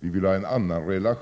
Vi vill ha